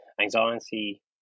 Anxiety